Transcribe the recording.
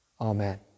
Amen